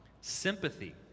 sympathy